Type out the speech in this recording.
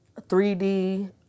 3D